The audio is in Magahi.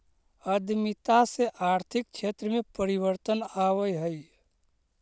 उद्यमिता से आर्थिक क्षेत्र में परिवर्तन आवऽ हई